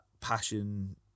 passion